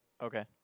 Okay